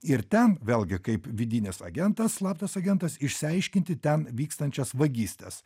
ir ten vėlgi kaip vidinis agentas slaptas agentas išsiaiškinti ten vykstančias vagystes